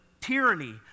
tyranny